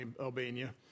Albania